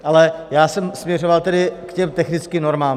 Ale já jsem směřoval tedy k těm technickým normám.